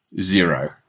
zero